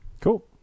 Cool